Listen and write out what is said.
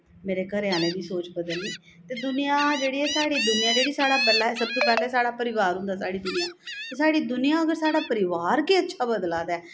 मेरे घरै आहलें दी सोच बदलनी ते दूनियां जेह्ड़ी ऐ साढ़ी दूनियां जेह्ड़ी साढ़ा पैह्लें सब तो पैह्लें साढ़ा परिवार होंदा साढ़ी दूनियां ते साढ़ी दूनियां होग साढ़ा परिवार गै अच्छा बदला दा ऐ